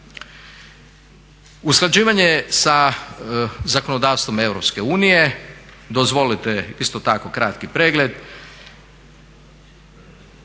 Usklađivanje sa zakonodavstvom EU, dozvolite isto tako kratki pregled.